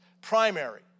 Primary